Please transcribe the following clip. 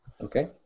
Okay